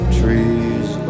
trees